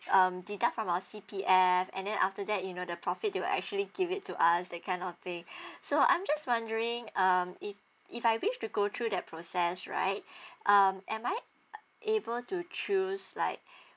um they got from our C_P_F and then after that you know the profit they will actually give it to us that kind of thing so I'm just wondering um if if I wish to go through that process right um am I able to choose like